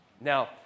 Now